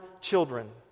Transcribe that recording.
children